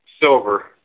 silver